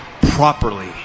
properly